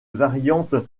variante